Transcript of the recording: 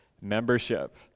membership